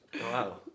wow